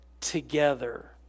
together